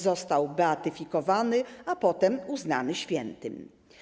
Został beatyfikowany, a potem uznany za świętego.